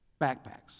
Backpacks